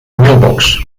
mailbox